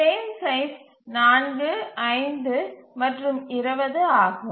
frame size 4 5 மற்றும் 20 ஆகும்